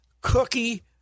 cookie